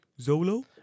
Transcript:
Zolo